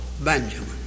Benjamin